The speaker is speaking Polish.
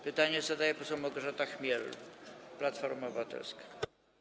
Pytanie zadaje poseł Małgorzata Chmiel, Platforma Obywatelska.